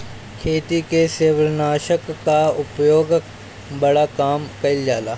खेती में शैवालनाशक कअ उपयोग बड़ा कम कइल जाला